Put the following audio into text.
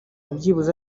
byibuze